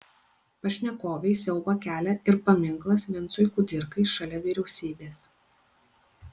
pašnekovei siaubą kelia ir paminklas vincui kudirkai šalia vyriausybės